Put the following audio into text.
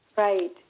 Right